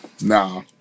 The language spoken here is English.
nah